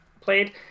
played